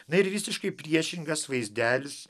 na ir visiškai priešingas vaizdelis